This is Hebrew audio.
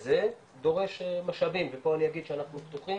כזה דורש משאבים ופה אני אגיד שאנחנו פתוחים